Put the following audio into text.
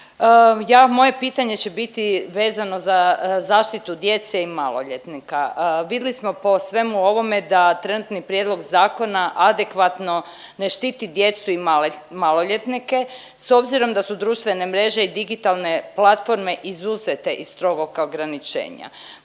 moje pitanje će biti vezano za zaštitu djece i maloljetnika. Vidli smo po svemu ovome da trenutni prijedlog zakona adekvatno ne štiti djecu i maloljetnike s obzirom da su društvene mreže i digitalne platforme izuzete iz strogoga ograničenja.